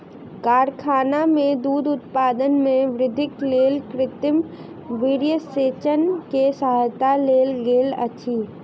कारखाना में दूध उत्पादन में वृद्धिक लेल कृत्रिम वीर्यसेचन के सहायता लेल गेल अछि